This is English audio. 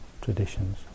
traditions